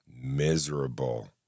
miserable